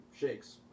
shakes